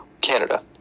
Canada